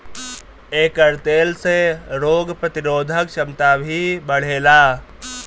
एकर तेल से रोग प्रतिरोधक क्षमता भी बढ़ेला